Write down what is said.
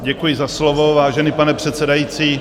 Děkuji za slovo, vážený pane předsedající.